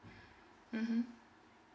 mm